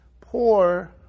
poor